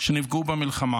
שנפגעו במלחמה.